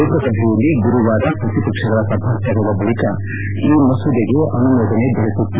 ಲೋಕಸಭೆಯಲ್ಲಿ ಗುರುವಾರ ಪ್ರತಿಪಕ್ಷಗಳ ಸಭಾತ್ಯಾಗದ ಬಳಿಕ ಈ ಮಸೂದೆಗೆ ಅನುಮೋದನೆ ದೊರೆತಿತ್ತು